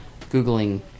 Googling